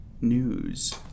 news